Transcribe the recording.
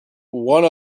one